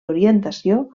orientació